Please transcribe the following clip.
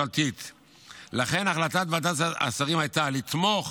לכן החלטת ועדת השרים הייתה לתמוך